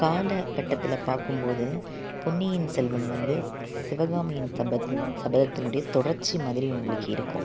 காலக்கட்டத்தில் பார்க்கும் போது பொன்னியின் செல்வன் வந்து சிவகாமியின் சபதத் சபதத்தினுடைய தொடர்ச்சி மாதிரி உங்களுக்கு இருக்கும்